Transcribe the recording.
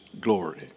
glory